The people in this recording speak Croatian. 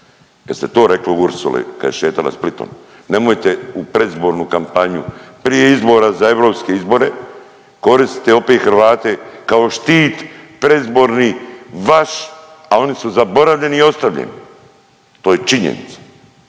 Kad ste to rekli Ursuli kad je šetala Splitom, nemojte u predizbornu kampanju prije izbora za europske izbore koristiti opet Hrvate kao štit predizborni vaš, a oni su zaboravljeni i ostavljeni. To je činjenica.